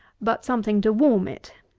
but something to warm it,